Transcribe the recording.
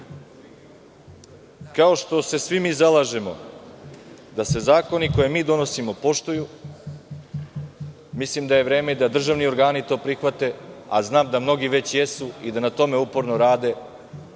što se vi mi zalažemo da se zakoni koje mi donosimo poštuju, mislim da je vreme da državni organi to prihvate, a znam da mnogi već jesu i da na tome uporno rade